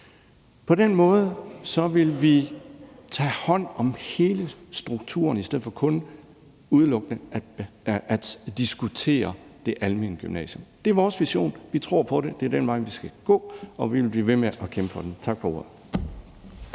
På den måde vil vi tage hånd om hele strukturen i stedet for kun udelukkende at diskutere det almene gymnasium. Det er vores vision. Vi tror på det, det er den vej, vi skal gå, og vi vil blive ved med at kæmpe for det. Tak for ordet.